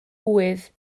ŵydd